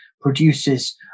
produces